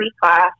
class